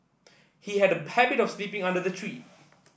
he had a habit of sleeping under the tree